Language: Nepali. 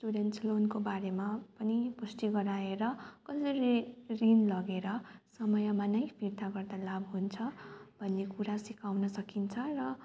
स्टुडेन्ट्स लोनको बारेमा पनि पुष्टि गराएर कसरी ऋण लगेर समयमा नै फिर्ता गर्दा लाभ हुन्छ भन्ने कुरा सिकाउन सकिन्छ र